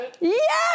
Yes